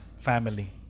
family